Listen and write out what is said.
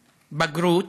בגרות,